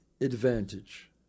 advantage